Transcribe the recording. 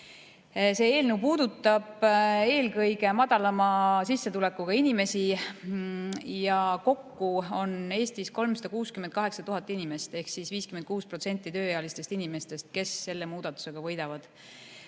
See eelnõu puudutab eelkõige madalama sissetulekuga inimesi. Ja kokku on Eestis 368 000 inimest ehk 56% tööealistest inimestest, kes selle muudatusega võidavad.